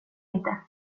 inte